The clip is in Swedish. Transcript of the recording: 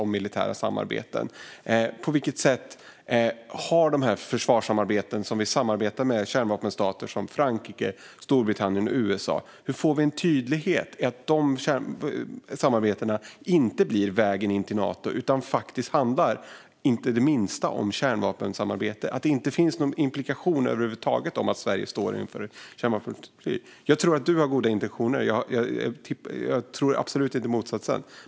På vilket sätt får vi en tydlighet i att de försvarssamarbeten vi har med kärnvapenstater som till exempel Frankrike, Storbritannien och USA inte blir vägen in till Nato och att de inte handlar det minsta om kärnvapensamarbete? Hur blir det tydligt att det inte finns någon indikation över huvud taget på att Sverige står bakom kärnvapen? Jag tror att du har goda intentioner. Jag tror absolut inte motsatsen.